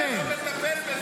אתה אל מטפל בזה.